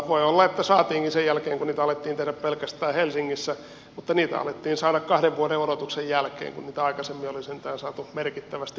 voi olla että saatiinkin sen jälkeen kun niitä alettiin tehdä pelkästään helsingissä mutta niitä alettiin saada kahden vuoden odotuksen jälkeen kun niitä aikaisemmin oli sentään saatu merkittävästi nopeammin